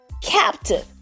captive